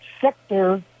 sector –